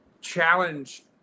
challenge